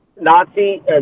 Nazi